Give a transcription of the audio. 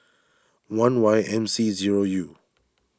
one Y M C zero U